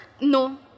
No